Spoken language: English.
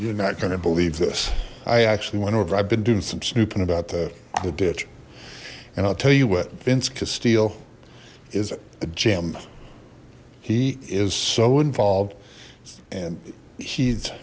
you're not gonna believe this i actually went over i've been doing some snooping about the ditch and i'll tell you what vince casteel is a gym he is so involved and he's